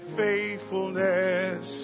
faithfulness